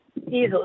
easily